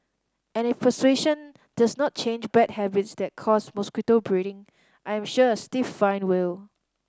and if persuasion does not change bad habits that cause mosquito breeding I am sure a stiff fine will